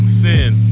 sin